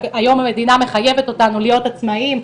היום המדינה מחייבת אותנו להיות עצמאים,